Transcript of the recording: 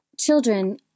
Children